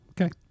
okay